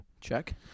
Check